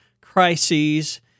Crises